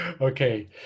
Okay